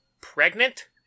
pregnant